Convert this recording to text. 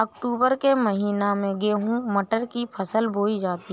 अक्टूबर के महीना में गेहूँ मटर की फसल बोई जाती है